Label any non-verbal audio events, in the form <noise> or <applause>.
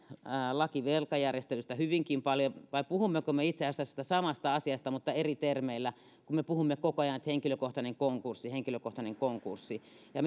laista velkajärjestelyistä hyvinkin paljon vai puhummeko me itse asiassa tästä samasta asiasta mutta eri termeillä kun me puhumme koko ajan että henkilökohtainen konkurssi henkilökohtainen konkurssi ja <unintelligible>